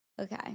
okay